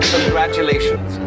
Congratulations